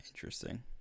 interesting